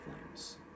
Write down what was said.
flames